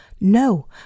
No